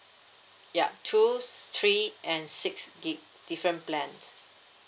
ya choose three and six gig different plans